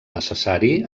necessari